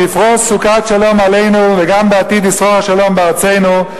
שיפרוס סוכת שלום עלינו וגם בעתיד ישרור השלום בארצנו,